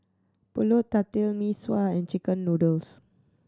Pulut Tatal Mee Sua and chicken noodles